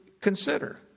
consider